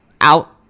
out